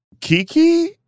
kiki